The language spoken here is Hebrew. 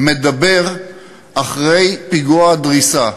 מדבר אחרי פיגוע דריסה,